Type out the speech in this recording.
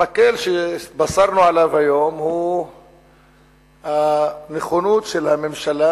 המקל שהתבשרנו עליו היום הוא הנכונות של הממשלה